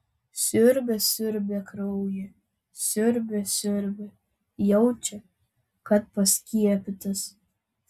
siurbia siurbia kraują siurbia siurbia jaučia kad paskiepytas